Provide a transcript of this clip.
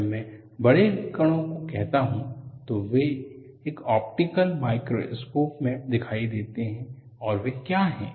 जब मैं बड़े कणों को कहता हूं तो वे एक ऑप्टिकल माइक्रोस्कोप में दिखाई देते हैं और वे क्या हैं